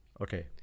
Okay